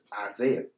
Isaiah